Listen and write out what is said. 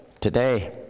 today